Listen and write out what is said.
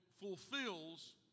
fulfills